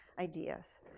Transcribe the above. ideas